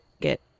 get